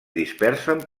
dispersen